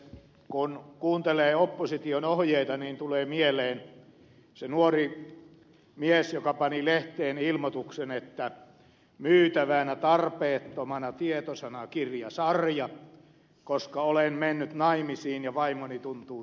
kun kuuntelee opposition ohjeita niin tulee mieleen se nuori mies joka pani lehteen ilmoituksen että myytävänä tarpeettomana tietosanakirjasarja koska olen mennyt naimisiin ja vaimoni tuntuu tietävän kaiken